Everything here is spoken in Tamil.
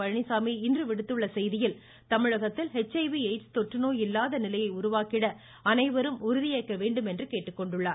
பழனிசாமி இன்று விடுத்துள்ள செய்தியில் தமிழகத்தில் ர்ஐஏ எய்ட்ஸ் தொற்று நோய் இல்லாத நிலையை உருவாக்கிட அனைவரும் உறுதியேற்க வேண்டும் என்று கூறியுள்ளார்